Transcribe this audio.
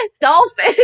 dolphin